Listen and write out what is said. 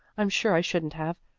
i'm sure i shouldn't have,